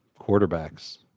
quarterbacks